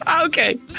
Okay